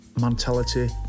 Mentality